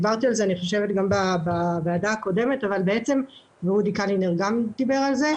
דיברתי על זה גם בדיון הקודם ואודי קלינר גם דיבר על זה.